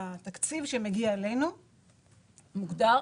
התקציב שמגיע אלינו מוגדר.